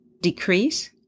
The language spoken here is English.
decrease